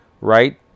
right